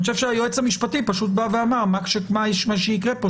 אני חושב שהיועץ המשפטי אמר שמה שיקרה כאן זה